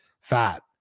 fat